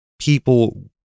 people